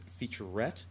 featurette